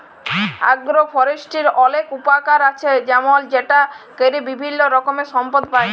আগ্র ফরেষ্ট্রীর অলেক উপকার আছে যেমল সেটা ক্যরে বিভিল্য রকমের সম্পদ পাই